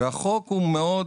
והחוק הוא מאוד